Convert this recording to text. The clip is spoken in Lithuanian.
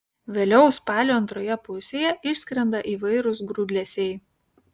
vėliau spalio antroje pusėje išskrenda įvairūs grūdlesiai